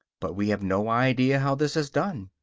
but we have no idea how this is done.